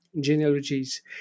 genealogies